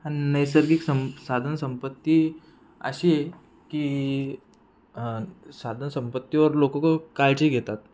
अन् नैसर्गिक सं साधनसंपत्ती अशी आहे की साधनसंपत्तीवर लोक खूप काळजी घेतात